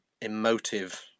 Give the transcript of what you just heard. emotive